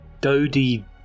Dodie